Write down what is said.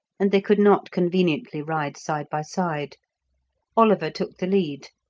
and they could not conveniently ride side by side oliver took the lead,